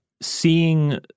seeing